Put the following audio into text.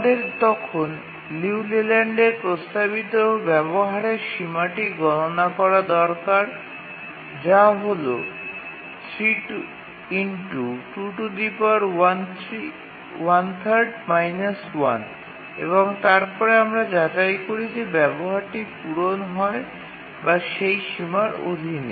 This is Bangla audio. আমাদের তখন লিউ লেল্যান্ডের প্রস্তাবিত ব্যবহারের সীমাটি গণনা করা দরকার যা হল এবং তারপরে আমরা যাচাই করি যে ব্যবহারটি পূরণ হয় বা সেই সীমানার অধীনে